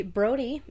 Brody